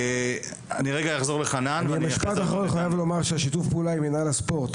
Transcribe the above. אני חייב לומר ששיתוף הפעולה עם מינהל הספורט